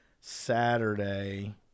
Saturday